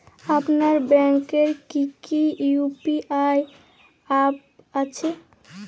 আপনার ব্যাংকের কি কি ইউ.পি.আই অ্যাপ আছে?